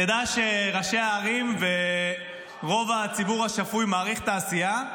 תדע שראשי הערים ורוב הציבור השפוי מעריך את העשייה.